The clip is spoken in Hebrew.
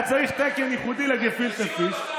היה צריך תקן ייחודי לגפילטע פיש.